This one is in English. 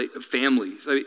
families